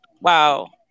wow